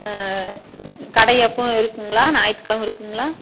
ஆ ஆ கடை எப்பவும் இருக்குதுங்களா ஞாயித்துக்கிலம இருக்குதுங்களா